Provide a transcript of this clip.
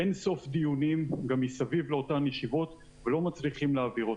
אין סוף דיונים מסביב לאותן ישיבות ולא מצליחים להעביר אותו?